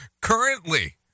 currently